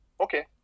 okay